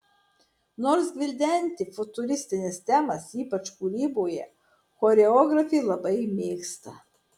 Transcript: nors gvildenti futuristines temas ypač kūryboje choreografė labai mėgsta